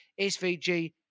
SVG